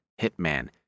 Hitman